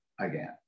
again